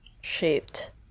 shaped